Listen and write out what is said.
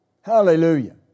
Hallelujah